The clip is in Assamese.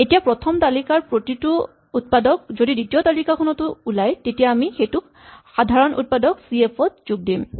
এতিয়া প্ৰথম তালিকাৰ প্ৰতিটো উৎপাদক যদি দ্বিতীয় তালিকাখনতো ওলাই তেতিয়া আমি সেইটো উৎপাদকক চি এফ ত যোগ দিম